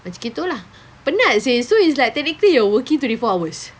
macam gitu lah penat seh so it's like technically you're working twenty four hours